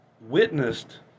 witnessed